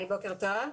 בוקר טוב.